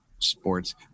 sports